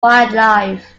wildlife